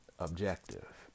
Objective